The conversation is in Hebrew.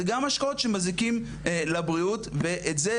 זה גם משקאות שמזיקים לבריאות ואת זה,